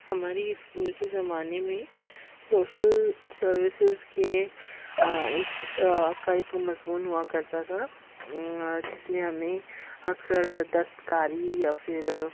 ہمارے اسکول کے زمانے میں سوشل سروسز کے ایک کا ایک مضمون ہوا کرتا تھا جس میں ہمیں اکثر دست کاری یا پھر